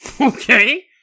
Okay